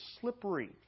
slippery